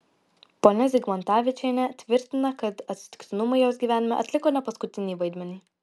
ponia zigmantavičienė tvirtina kad atsitiktinumai jos gyvenime atliko ne paskutinį vaidmenį